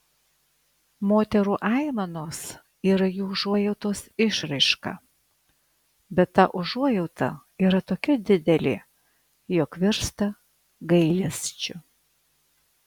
moterų aimanos yra jų užuojautos išraiška bet ta užuojauta yra tokia didelė jog virsta gailesčiu